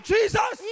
Jesus